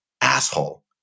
asshole